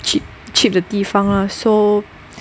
cheap cheap 的地方 lah so